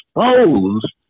exposed